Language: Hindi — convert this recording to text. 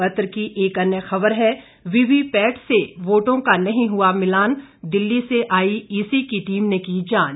पत्र की एक अन्य खबर है वीवीपैट से वोटों का नहीं हुआ मिलान दिल्ली से आई ईसी की टीम ने की जांच